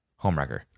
homewrecker